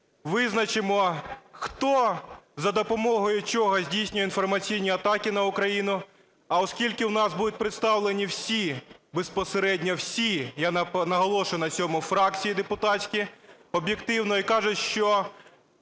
визначимо, хто за допомогою чого здійснює інформаційні атаки на Україну. А оскільки у нас будуть представлені всі, безпосередньо всі, я наголошую на цьому, фракції депутатські об'єктивно. І кажуть, що